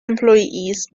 employees